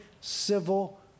civil